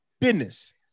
business